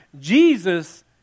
Jesus